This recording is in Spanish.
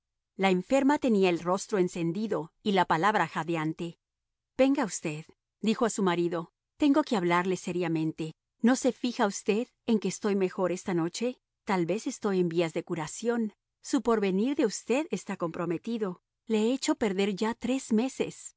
la enferma tenía el rostro encendido y la palabra jadeante venga usted dijo a su marido tengo que hablarle seriamente no se fija usted en que estoy mejor esta noche tal vez estoy en vías de curación su porvenir de usted está comprometido le he hecho perder ya tres meses